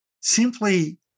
simply